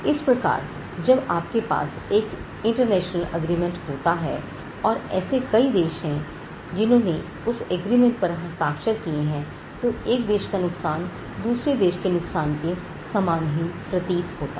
इस प्रकार जब आपके पास एक इंटरनेशनल एग्रीमेंट होता हैं और ऐसे कई देश हैं जिन्होंने उस एग्रीमेंट पर हस्ताक्षर किए हैं तो एक देश का नुकसान दूसरे देश के नुकसान के समान ही प्रतीत होता है